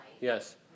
Yes